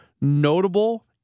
notable